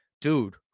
dude